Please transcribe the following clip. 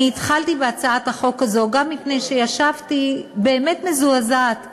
אני התחלתי בהצעת החוק הזו גם מפני שישבתי באמת מזועזעת מההצבעה,